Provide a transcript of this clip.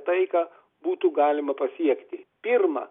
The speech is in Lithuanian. taiką būtų galima pasiekti pirma